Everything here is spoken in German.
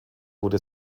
wurde